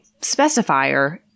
specifier